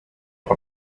por